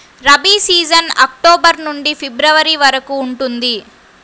rabi season October నుండి ఫిబ్రవరి వరకు ఉంటుంది